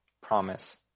promise